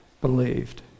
believed